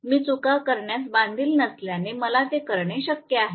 मी चुका करण्यास बांधील नसल्याने मला ते करणे आवश्यक आहे